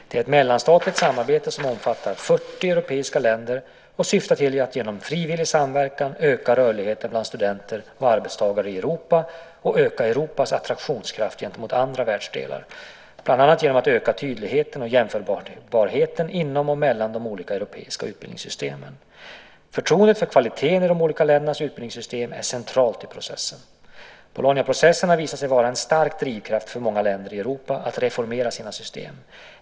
Det är ett mellanstatligt samarbete som omfattar 40 europeiska länder och syftar till att genom frivillig samverkan öka rörligheten bland studenter och arbetstagare i Europa och öka Europas attraktionskraft gentemot andra världsdelar, bland annat genom att öka tydligheten och jämförbarheten inom och mellan de olika europeiska utbildningssystemen. Förtroendet för kvaliteten i de olika ländernas utbildningssystem är centralt i processen. Bolognaprocessen har visat sig vara en stark drivkraft för många länder i Europa att reformera sina system.